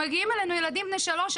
מגיעים אלינו ילדים בני 3,